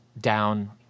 down